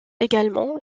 également